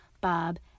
Bob